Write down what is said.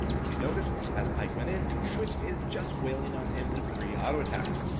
if you notice, as pyke went in, twitch is just wailing on him with free auto attacks.